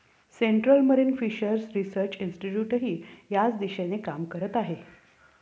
central marine fishers research इन्स्टिट्यूटही याच दिशेने काम करत आहे